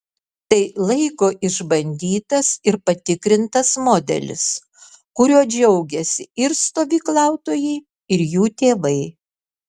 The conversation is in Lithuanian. tai laiko išbandytas ir patikrintas modelis kuriuo džiaugiasi ir stovyklautojai ir jų tėvai